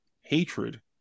hatred